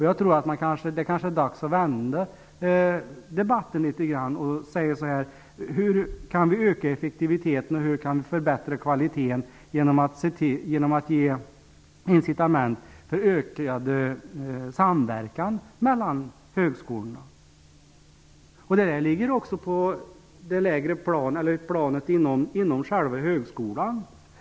Jag tror att det kanske är dags att vända debatten och säga: Hur kan vi öka effektiviteten, hur kan vi förbättra kvaliteten genom att ge incitament för ökad samverkan mellan högskolorna? Det ligger också inom själva högskolan.